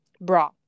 bra